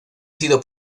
sido